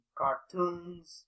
cartoons